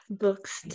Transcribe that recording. books